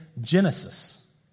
Genesis